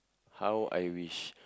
how I wish